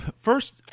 first